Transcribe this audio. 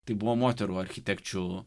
tai buvo moterų architekčių